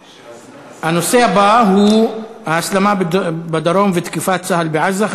הנושא הבא הוא: ההסלמה בדרום ותקיפת צה"ל בעזה,